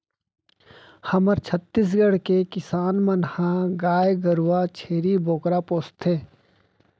हमर छत्तीसगढ़ के किसान मन ह गाय गरूवा, छेरी बोकरा पोसथें